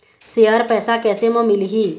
Share पैसा कैसे म मिलही?